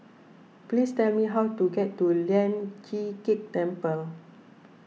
please tell me how to get to Lian Chee Kek Temple